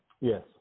Yes